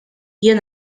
jien